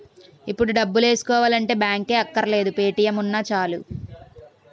ఇప్పుడు డబ్బులేసుకోవాలంటే బాంకే అక్కర్లేదు పే.టి.ఎం ఉన్నా చాలు